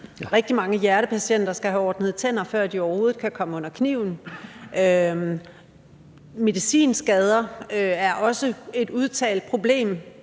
Rigtig mange hjertepatienter skal have ordnet tænder, før de overhovedet kan komme under kniven. Medicinskader er også et udtalt problem.